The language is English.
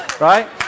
right